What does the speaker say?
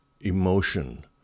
emotion